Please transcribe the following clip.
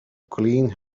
clean